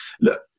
look